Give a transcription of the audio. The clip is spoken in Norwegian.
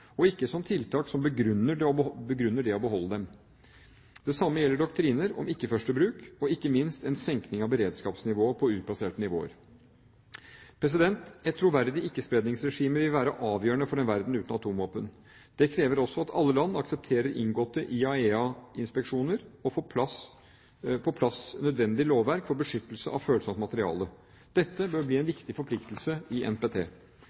og ikke som tiltak som begrunner det å beholde dem. Det samme gjelder doktriner om ikkeførstebruk og ikke minst en senking av beredskapsnivået på utplasserte våpen. Et troverdig ikkespredningsregime vil være avgjørende for en verden uten atomvåpen. Det krever også at alle land aksepterer inngående IAEA-inspeksjoner og får på plass nødvendig lovverk for beskyttelse av følsomt materiale. Dette bør bli en viktig forpliktelse i NPT.